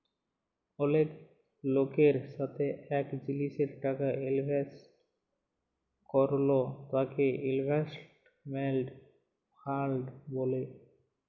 অলেক লকের সাথে এক জিলিসে টাকা ইলভেস্ট করল তাকে ইনভেস্টমেন্ট ফান্ড ব্যলে